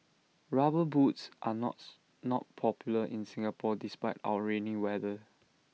rubber boots are not popular in Singapore despite our rainy weather